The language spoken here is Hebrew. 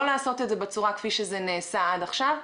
לעשות את זה בצורה כפי שזה נעשה עד עכשיו.